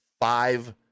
five